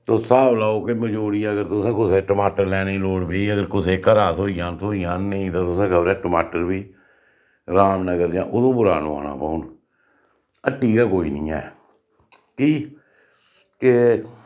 तुस स्हाब लाओ के मजोड़ी अगर तुसें टमाटर लैने दी लोड़ पेई अगर कुसै घरा थ्होई जान थ्होई जान नेईं तां तुसें खबरै टमाटर बी रामनगर जां उधमपुरा नमाना पौन हट्टी गै कोई नी ऐ कि के